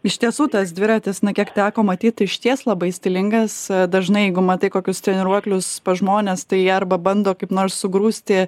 iš tiesų tas dviratis na kiek teko matyt išties labai stilingas dažnai jeigu matai kokius treniruoklius pas žmones tai arba bando kaip nors sugrūsti